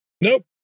Nope